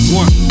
one